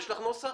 יש לך נוסח?